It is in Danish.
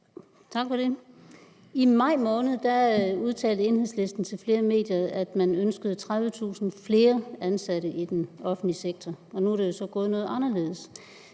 I maj måned udtalte Enhedslisten til flere medier, at man ønskede 30.000 flere ansatte i den offentlige sektor, og nu er det jo så gået noget anderledes.